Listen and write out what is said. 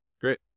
Great